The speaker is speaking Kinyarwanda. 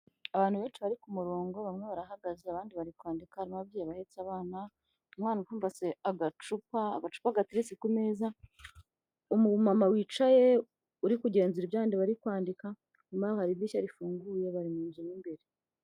Abantu benshi bari ku murongo, bamwe barahagaze abandi bari kwandika, harimo ababyeyi bahetse abana, umwana ufumbase agacupapa, agacupa gateretse ku meza, umumama wicaye uri kugenzura ibyo abandi bari kwandika, inyuma yaho hari idirishya rifunguye bari mu nzu mu imbere.